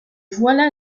voilà